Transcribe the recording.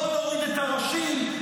בוא נוריד את הראשים,